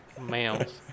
males